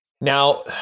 Now